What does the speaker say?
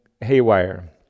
haywire